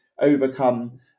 overcome